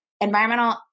environmental